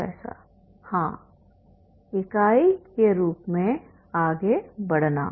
professor हाँ इकाई के रूप में आगे बढ़ना